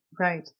right